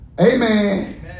Amen